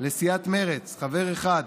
לסיעת מרצ חבר אחד,